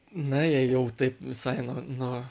na jei jau taip visai nuo nuo